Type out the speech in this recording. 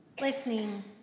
Listening